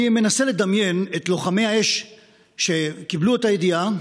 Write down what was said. אני מנסה לדמיין את לוחמי האש שקיבלו את הידיעה,